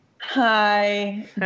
Hi